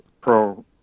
pro